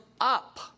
up